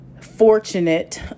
fortunate